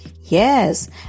Yes